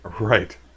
right